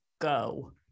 go